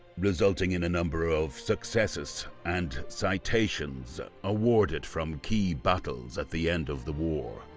resulting in a number of successes and citations awarded from key battles at the end of the war.